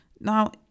now